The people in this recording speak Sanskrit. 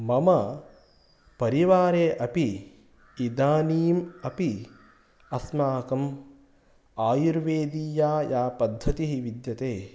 मम परिवारे अपि इदानीम् अपि अस्माकम् आयुर्वेदीया या पद्धतिः विद्यते